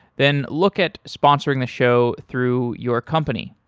then look at sponsoring the show through your company.